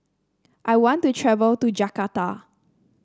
I want to travel to Jakarta